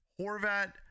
Horvat